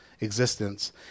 existence